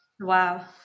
Wow